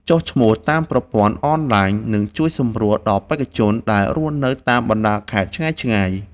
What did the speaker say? ចុះឈ្មោះតាមប្រព័ន្ធអនឡាញនឹងជួយសម្រួលដល់បេក្ខជនដែលរស់នៅតាមបណ្ដាខេត្តឆ្ងាយៗ។